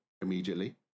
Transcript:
immediately